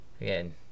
Again